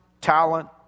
talent